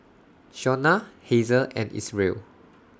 Shauna Hazel and Isreal